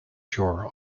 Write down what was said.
shore